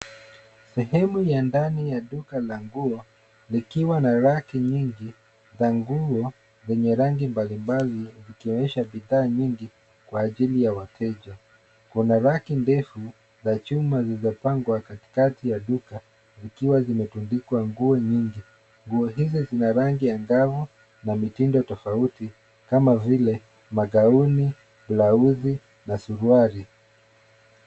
Sehemu ya ndani ya duka la nguo likiwa na raki nyingi za nguo zenye rangi mbalimbali ikionyesha bidhaa nyingi kwa ajili ya wateja. Kuna raki ndefu za chuma zilizopangwa katikati ya duka zikiwa zimetundikwa nguo nyingi. Nguo hizi zina rangi angavu na mitindo tofauti kama vile magauni, blauzi na suruali.